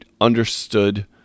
understood